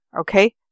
okay